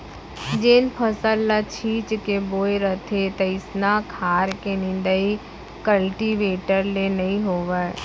जेन फसल ल छीच के बोए रथें तइसना खार के निंदाइ कल्टीवेटर ले नइ होवय